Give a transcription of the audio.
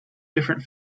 different